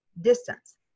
distance